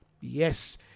Yes